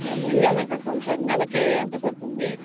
మేము ఈఎమ్ఐ కడతాం సార్ నెలకి ఎంత పడుతుంది